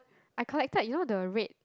I collected you know the red